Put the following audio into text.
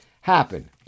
happen